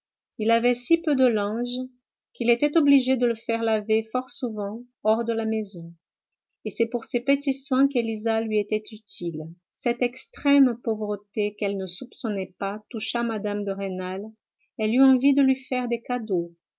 il avait si peu de linge qu'il était obligé de le faire laver fort souvent hors de la maison et c'est pour ces petits soins qu'élisa lui était utile cette extrême pauvreté qu'elle ne soupçonnait pas toucha mme de rênal elle eut envie de lui faire des cadeaux